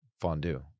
fondue